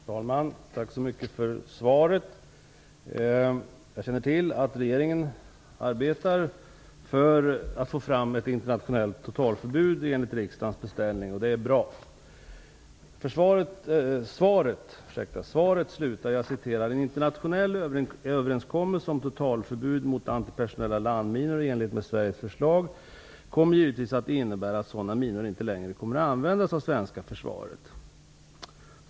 Fru talman! Tack så mycket för svaret. Jag känner till att regeringen arbetar för ett internationellt totalförbud enligt riksdagens beställning, och det är bra. Svaret avslutas med: "En internationell överenskommelse om totalförbud mot antipersonella landminor i enlighet med Sveriges förslag kommer givetvis att innebära att sådana minor inte längre kommer att användas av det svenska försvaret."